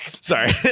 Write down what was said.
sorry